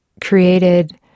created